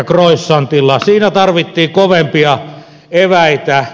siinä tarvittiin kovempia eväitä